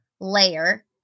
layer